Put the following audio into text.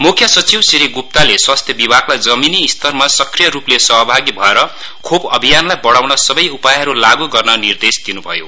मुख्य सचिव श्री गुप्ताले स्वास्थ्य विभागलाई जमिनी स्तरमा सक्रिय रूपले सहभागी भएर खोप अभियानलाई बढाउन सबै उपायहरू लागू गर्न निर्देश दिन्भयो